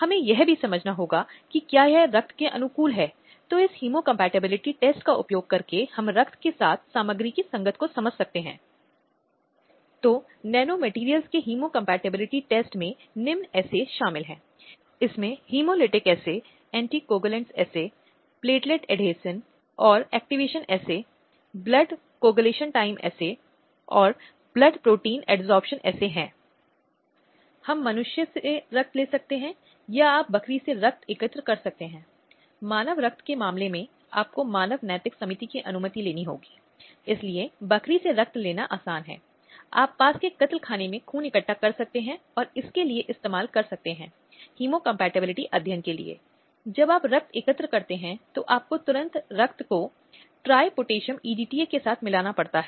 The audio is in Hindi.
स्लाइड समय देखें 1959 अंतिम रूप से एक बुनियादी संस्था के रूप में परिवारों की बात करने के लिए बच्चे के अस्तित्व संरक्षण और विकास में भूमिका निभाने के लिए एक बहुत महत्वपूर्ण और सार्थक भूमिका है यहाँ बोलते समय हम बच्चे के रूप में लड़की की बात करते हैं जैसे कई व्याख्यान में हम गंभीर मुद्दों पर उल्लेख करते हैं विशेष रूप से भारतीय परिवारों और समाजों में बालिका की दुर्दशा जहां वह उपेक्षा के अधीन है वह दुर्व्यवहार के अधीन है वह अधिकारों के एक या दूसरे खंडन के अधीन है